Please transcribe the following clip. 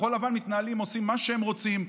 כחול לבן מתנהלים, עושים מה שהם רוצים.